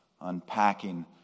unpacking